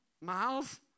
miles